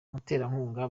muterankunga